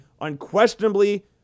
unquestionably